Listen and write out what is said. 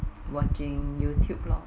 watching youtube loh